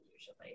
usually